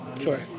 sure